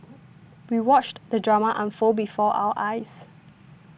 we watched the drama unfold before our eyes